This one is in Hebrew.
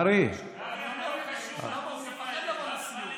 קרעי, אתה יושב עם ביבי.